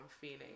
feeling